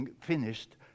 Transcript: finished